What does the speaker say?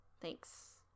Thanks